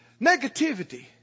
Negativity